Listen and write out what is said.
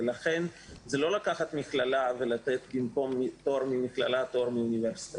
זה לא לקחת מכללה ולתת במקום תואר ממכללה תואר באוניברסיטה,